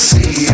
See